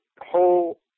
whole